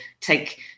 take